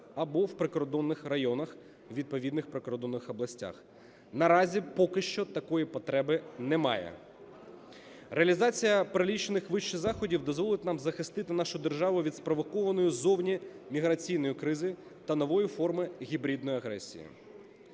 або в прикордонних районах відповідних прикордонних областей. Наразі поки що такої потреби немає. Реалізація перелічених вище заходів дозволить нам захистити нашу державу від спровокованої зовні міграційної кризи та нової форми гібридної агресії.